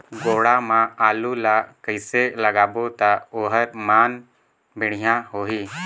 गोडा मा आलू ला कइसे लगाबो ता ओहार मान बेडिया होही?